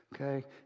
Okay